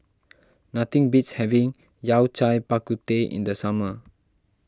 nothing beats having Yao Cai Bak Kut Teh in the summer